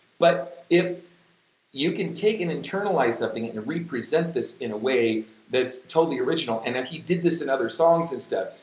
but if you can take and internalize something and represent this in a way that's totally original and then he did this in other songs and stuff,